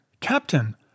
Captain